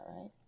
right